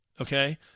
Okay